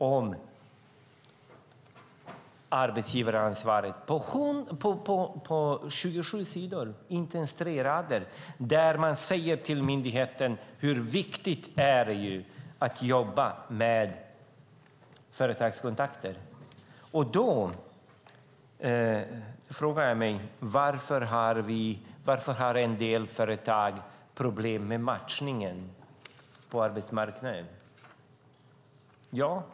På 27 sidor är det inte ens tre rader om arbetsgivaransvar och hur viktigt det är att jobba med företagskontakter. Då frågar jag: Varför har en del företag problem med matchningen på arbetsmarknaden?